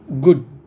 good